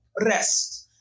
rest